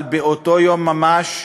אבל באותו יום ממש,